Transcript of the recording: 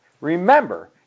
remember